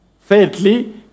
Thirdly